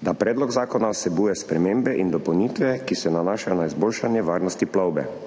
da predlog zakona vsebuje spremembe in dopolnitve, ki se nanašajo na izboljšanje varnosti plovbe.